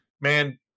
man